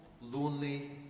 lonely